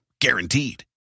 Guaranteed